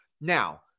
now